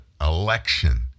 election